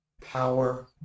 power